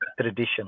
tradition